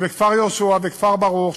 בכפר-יהושע ובכפר-ברוך,